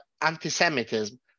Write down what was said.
anti-semitism